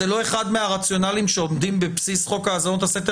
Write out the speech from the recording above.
זה לא אחד מהרציונלים שעומדים בבסיס חוק האזנות הסתר